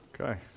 Okay